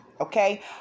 Okay